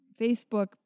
Facebook